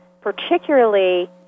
particularly